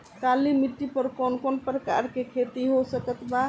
काली मिट्टी पर कौन कौन प्रकार के खेती हो सकत बा?